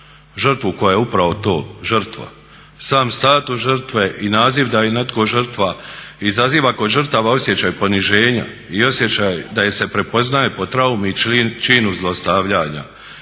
žrtvu koja je upravo to žrtva. Sam status žrtve i naziv da je netko žrtvo izaziva kod žrtava osjećaj poniženja i osjećaj da je se prepoznaje po traumi i činu zlostavljanja.